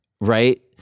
Right